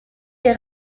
des